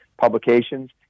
publications